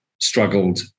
struggled